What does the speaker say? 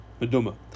meduma